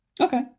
Okay